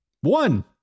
One